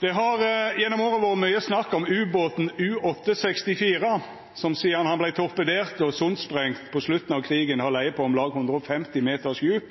Det har gjennom åra vore mykje snakk om ubåten U-864, som sidan han vart torpedert og sundsprengd på slutten av krigen, har lege på om lag 150 meters djup